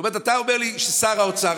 זאת אומרת, אתה אומר לי: שר האוצר.